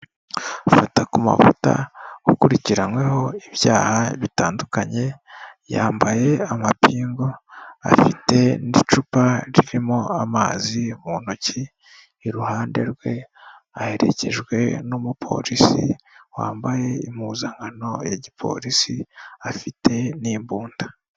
Fatakumavuta ukurikiranyweho ibyaha bitandukanye, yambaye amapingu afite n'icupa ririmo amazi mu ntoki, iruhande rwe aherekejwe n'umupolisi wambaye impuzankano ya gipolisi afite n'imbunda.